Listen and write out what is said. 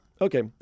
Okay